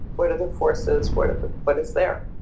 what are the forces? what but what is there?